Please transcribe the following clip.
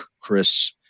Chris